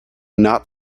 not